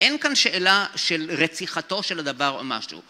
אין כאן שאלה של רציחתו של הדבר או משהו.